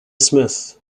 smith